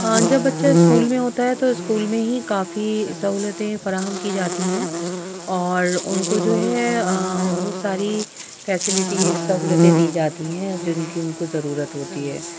جب بچہ اسکول میں ہوتا ہے تو اسکول میں ہی کافی سہولتیں فراہم کی جاتی ہیں اور ان کو جو ہے وہ ساری فیسلٹیز سہولتیں دی جاتی ہیں جن کی ان کو ضرورت ہوتی ہے